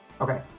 Okay